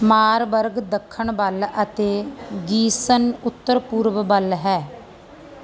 Marburg ਦੱਖਣ ਵੱਲ ਅਤੇ ਗੀਸਨ ਉੱਤਰ ਪੂਰਬ ਵੱਲ ਹੈ